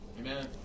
Amen